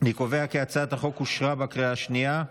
אני קובע כי הצעת החוק אושרה בקריאה השנייה.